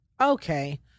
Okay